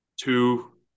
two